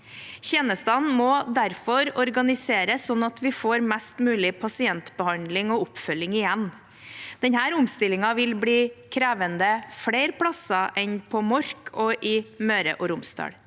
Tjenestene må derfor organiseres slik at vi får mest mulig pasientbehandling og oppfølging igjen. Denne omstillingen vil bli krevende flere steder enn på Mork og i Møre og Romsdal.